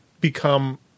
become